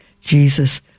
Jesus